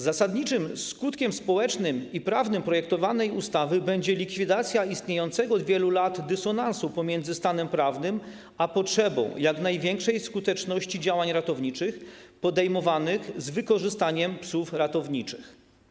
Zasadniczym skutkiem społecznym i prawnym projektowanej ustawy będzie likwidacja istniejącego od wielu lat dysonansu pomiędzy stanem prawnym a potrzebą jak największej skuteczności działań ratowniczych podejmowanych z wykorzystaniem psów ratowniczych.